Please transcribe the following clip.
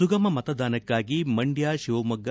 ಸುಗಮ ಮತದಾನಕ್ಕಾಗಿ ಮಂಡ್ಯ ಶಿವಮೊಗ್ಗ